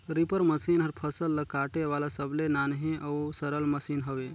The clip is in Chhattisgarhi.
रीपर मसीन हर फसल ल काटे वाला सबले नान्ही अउ सरल मसीन हवे